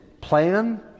plan